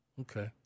Okay